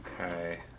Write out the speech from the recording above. Okay